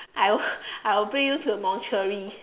I will I will bring you to a mortuary